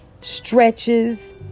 stretches